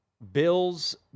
Bills